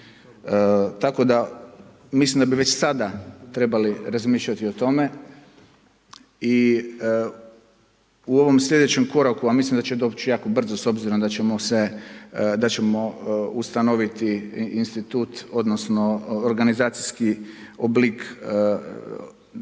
Tako da mislim da bi već sada trebali razmišljati o tome i u ovom sljedećem koraku, a mislim da će doći jako brzo, s obzirom da ćemo ustanoviti institut odnosno, organizacijski oblik državnog